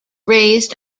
raised